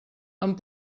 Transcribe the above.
amb